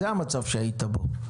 זה המצב שהיית בו.